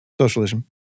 Socialism